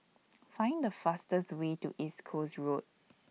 Find The fastest Way to East Coast Road